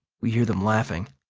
we hear them laughing.